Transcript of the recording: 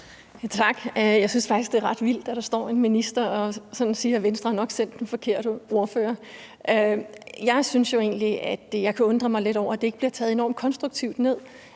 Tak. Jeg synes faktisk, det er ret vildt, at der står en minister og siger, at Venstre nok har sendt den forkerte ordfører. Jeg kan egentlig undre mig lidt over, at det ikke bliver taget enormt konstruktivt ned,